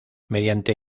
mediante